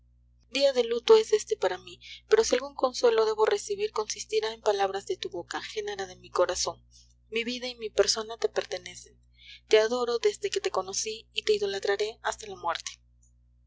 día de luto es este para mí pero si algún consuelo debo recibir consistirá en palabras de tu boca genara de mi corazón mi vida y mi persona te pertenecen te adoro desde que te conocí y te idolatraré hasta la muerte